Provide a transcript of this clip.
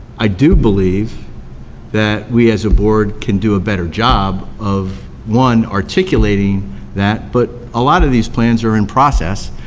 i do believe that we as a board can do a better job of one, articulating that, but a lot of these plans are in process,